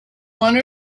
one